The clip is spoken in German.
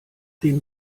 den